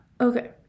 okay